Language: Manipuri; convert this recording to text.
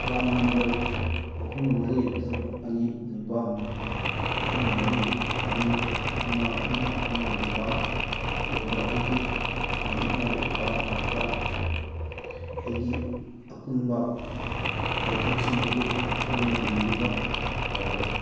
ꯄ꯭ꯔꯥꯟ ꯅꯝꯕꯔ ꯑꯍꯨꯝ ꯃꯔꯤ ꯇꯔꯨꯛ ꯑꯅꯤ ꯅꯤꯄꯥꯜ ꯑꯍꯨꯝ ꯃꯔꯤ ꯑꯅꯤ ꯑꯃ ꯑꯃ ꯑꯃ ꯅꯤꯄꯥꯜ ꯑꯣꯏꯕ ꯑꯩꯒꯤ ꯄꯤ ꯑꯦꯝ ꯋꯥꯏ ꯑꯦꯀꯥꯎꯟꯗ ꯑꯩꯒꯤ ꯑꯄꯨꯟꯕ ꯍꯣꯜꯗꯤꯡꯁꯤꯡ ꯑꯗꯨ ꯑꯗꯣꯝꯅ ꯌꯦꯡꯕꯤꯕ ꯌꯥꯒꯗ꯭ꯔꯥ